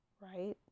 Right